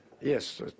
Yes